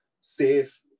SAFE